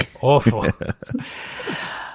Awful